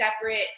separate